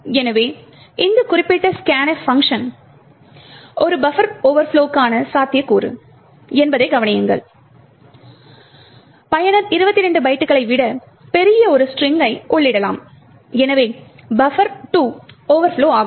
எனவே இந்த குறிப்பிட்ட scanf பங்க்ஷன் ஒரு பஃபர் ஓவர்ப்லொக்கான ஒரு சாத்தியக்கூறு என்பதைக் கவனியுங்கள் பயனர் 22 பைட்டுகளை விடப் பெரிய ஒரு ஸ்ட்ரிங்கை உள்ளிடலாம் எனவே பஃபர் 2 ஓவர்ப்லொ ஆகும்